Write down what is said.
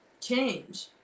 change